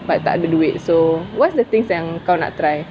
but tak ada duit so what's the things yang kau nak try